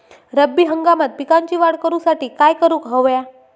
रब्बी हंगामात पिकांची वाढ करूसाठी काय करून हव्या?